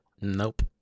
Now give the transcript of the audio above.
Nope